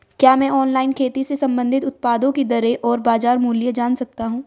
क्या मैं ऑनलाइन खेती से संबंधित उत्पादों की दरें और बाज़ार मूल्य जान सकता हूँ?